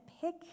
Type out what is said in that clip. pick